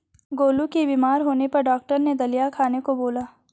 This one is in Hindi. गोलू के बीमार होने पर डॉक्टर ने दलिया खाने का बोला